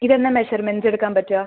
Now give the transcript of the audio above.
ഇത് എന്നാണ് മെഷർമെന്റ്സ് എടുക്കാൻ പറ്റുക